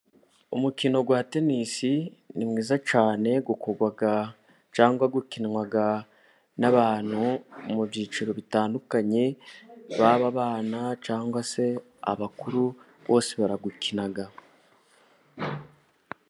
Umukino rwa tenisi ni mwiza cyane kuko akundwa cyangwa ukinwa n'abantu mu byiciro bitandukanye baba abana cyangwa se abakuru bose barawukina.